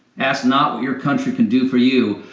ask not what your country can do for you,